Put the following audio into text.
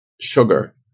sugar